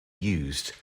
used